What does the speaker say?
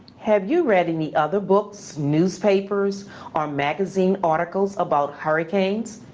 have you read any other books, newspapers or magazine articles about hurricanes?